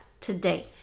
today